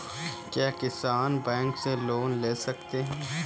क्या किसान बैंक से लोन ले सकते हैं?